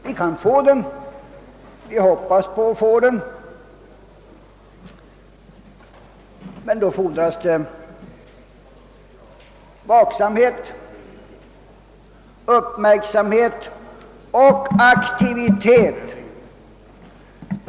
Vi kan få den, vi hoppas att få den, men i så fall fordras vaksamhet, uppmärksamhet och aktivitet.